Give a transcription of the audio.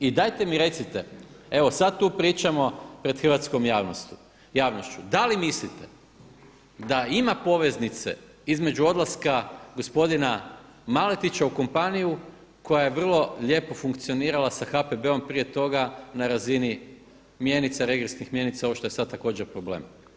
I dajte mi recite, evo sad tu pričamo pred hrvatskom javnošću da li mislite da ima poveznice između odlaska gospodina Maletića u kompaniju koja je vrlo lijepo funkcionirala sa HPB-om prije toga na razini mjenica, regresnih mjenica ovo što je sad također problem.